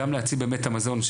גם להציל את המזון,